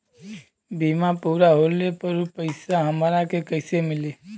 बीमा पूरा होले पर उ पैसा हमरा के कईसे मिली?